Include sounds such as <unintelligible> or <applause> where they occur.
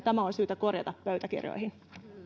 <unintelligible> tämä on syytä korjata pöytäkirjoihin